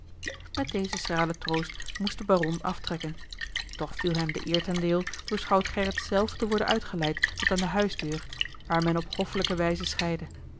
met dezen schralen troost moest de baron aftrekken toch viel hem de eer ten deel door schout gerrit zelf te worden uitgeleid tot aan de huisdeur waar men op hoffelijke wijze scheidde